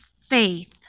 faith